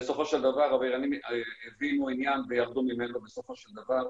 העבריינים הבינו עניין וירדו ממנו בסופו של דבר.